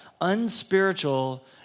unspiritual